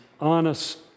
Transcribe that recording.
honest